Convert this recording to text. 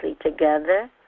together